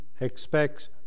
expects